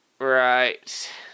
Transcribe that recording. Right